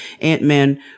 Ant-Man